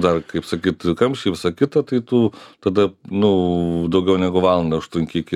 dar kaip sakyt kamščiai visa kita tai tu tada nu daugiau negu valandą užtrunki iki